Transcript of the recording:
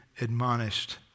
admonished